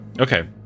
Okay